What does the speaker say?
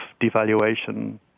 devaluation